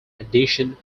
addition